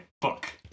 book